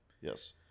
Yes